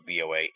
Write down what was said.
BOA